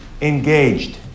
engaged